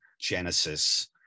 Genesis